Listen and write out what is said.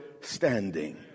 standing